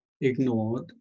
ignored